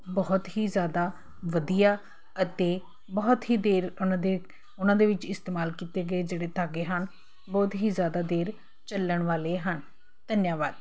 ਬਹੁਤ ਹੀ ਜ਼ਿਆਦਾ ਵਧੀਆ ਅਤੇ ਬਹੁਤ ਹੀ ਦੇਰ ਉਹਨਾਂ ਦੇ ਉਹਨਾਂ ਦੇ ਵਿੱਚ ਇਸਤੇਮਾਲ ਕੀਤੇ ਗਏ ਜਿਹੜੇ ਧਾਗੇ ਹਨ ਬਹੁਤ ਹੀ ਜ਼ਿਆਦਾ ਦੇਰ ਝੱਲਣ ਵਾਲੇ ਹਨ ਧੰਨਵਾਦ